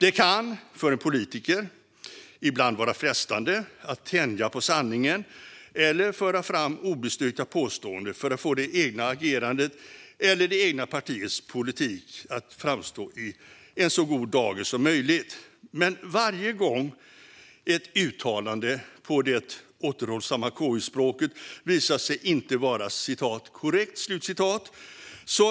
Det kan för en politiker ibland vara frestande att tänja på sanningen eller föra fram obestyrkta påståenden för att få det egna agerandet eller det egna partiets politik att framstå i en så god dager som möjligt. Men varje gång ett uttalande på det återhållsamma KU-språket visar sig inte vara "korrekt"